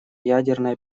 ядерная